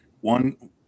one